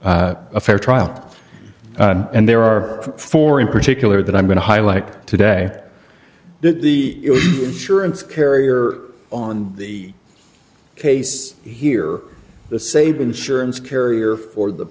a fair trial and there are four in particular that i'm going to highlight today the surance carrier on the case here the saban surance carrier for the